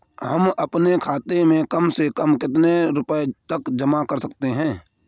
हम अपने खाते में कम से कम कितने रुपये तक जमा कर सकते हैं?